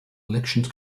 elections